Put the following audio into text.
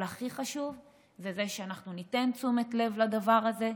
אבל הכי חשוב זה שאנחנו ניתן תשומת לב לדבר הזה,